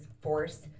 force